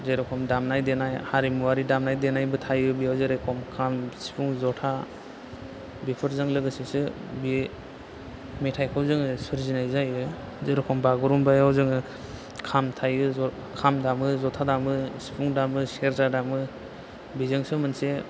जेरेखम दामनाय देनाय हारिमुवारि दामनाय देनायबो थायो बेयाव जेर'खम खाम सिफुं ज'था बेफोरजों लोगोसेसो बे मेथाइखौ जोङो सोरजिनाय जायो जेर'खम बागुरुमबायाव जोङो खाम थायो खाम दामो ज'था दामो सिफुं दामो सेरजा दामो बेजोंसो मोनसे